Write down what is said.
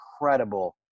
incredible